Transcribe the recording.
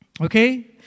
Okay